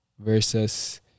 versus